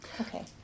Okay